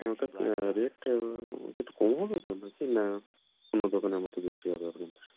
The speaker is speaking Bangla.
ওটা রেট একটু কম হবে তো নাকি না অন্য দোকানের মতো বেশি হবে আপনাদের